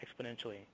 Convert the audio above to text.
exponentially